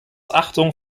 achtung